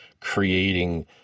creating